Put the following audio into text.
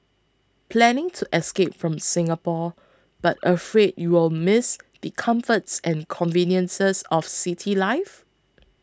planning to escape from Singapore but afraid you'll miss the comforts and conveniences of city life